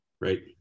Right